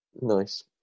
nice